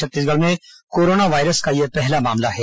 छत्तीसगढ़ में corona virus का यह पहला मामला है